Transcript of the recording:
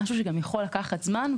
דבר שיכול לקחת זמן.